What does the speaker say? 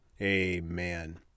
Amen